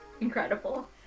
incredible